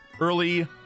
early